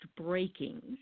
breakings